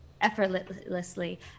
effortlessly